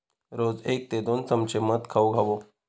रोज एक ते दोन चमचे मध खाउक हवो